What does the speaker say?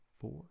four